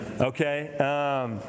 Okay